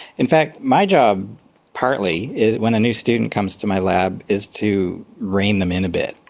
in fact my job partly, when a new student comes to my lab, is to rein them in a bit.